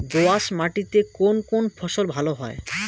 দোঁয়াশ মাটিতে কোন কোন ফসল ভালো হয়?